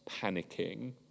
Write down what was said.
panicking